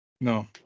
No